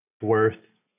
worth